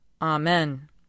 Amen